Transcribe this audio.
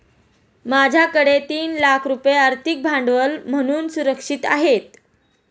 माझ्याकडे तीन लाख रुपये आर्थिक भांडवल म्हणून सुरक्षित आहेत